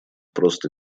просто